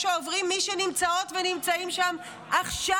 שעוברים מי שנמצאות ונמצאים שם עכשיו.